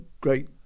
great